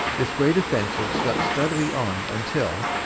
this great offensive swept steadily on until,